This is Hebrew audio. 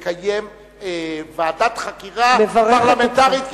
לקיים ועדת חקירה פרלמנטרית,